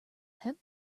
hemp